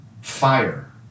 fire